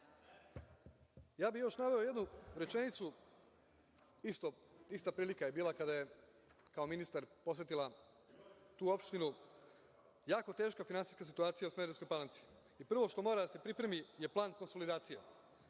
bih još naveo jednu rečenicu, ista prilika je bila kada je kao ministar posetila tu opštinu, jako teška finansijska situacija u Smederevskoj Palanci. Prvo što mora da se pripremi je plan konsolidacije.